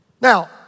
Now